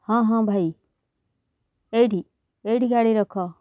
ହଁ ହଁ ଭାଇ ଏଇଠି ଏଇଠି ଗାଡ଼ି ରଖ